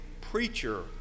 preacher